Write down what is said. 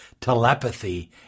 telepathy